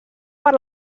per